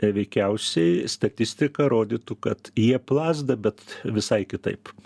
veikiausiai statistika rodytų kad jie plazda bet visai kitaip